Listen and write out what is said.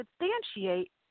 substantiate